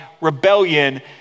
rebellion